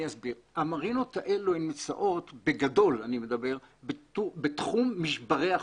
המרינות האלה נמצאות בגדול אני מדבר - בתחום משברי החוף.